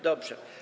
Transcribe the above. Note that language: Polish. Dobrze.